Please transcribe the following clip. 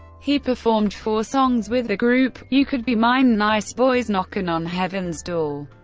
he performed four songs with the group you could be mine, nice boys, knockin' on heaven's door,